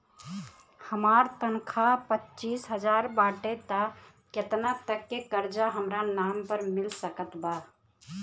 हमार तनख़ाह पच्चिस हज़ार बाटे त केतना तक के कर्जा हमरा नाम पर मिल सकत बा?